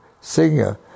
Singer